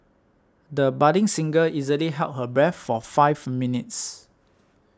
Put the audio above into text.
the budding singer easily held her breath for five minutes